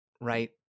right